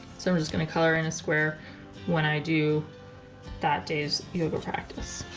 so i'm just gonna color in a square when i do that day's yoga practice